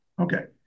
Okay